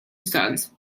sons